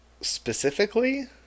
specifically